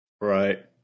Right